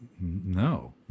no